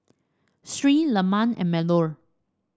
Sri Leman and Melur